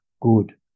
good